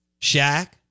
Shaq